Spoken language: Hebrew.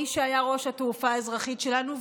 איש שהיה ראש התעופה האזרחית שלנו.